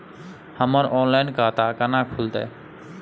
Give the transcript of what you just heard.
हमर ऑनलाइन खाता केना खुलते?